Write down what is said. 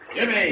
Jimmy